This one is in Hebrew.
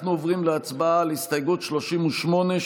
אנחנו עוברים להצבעה על הסתייגות 38,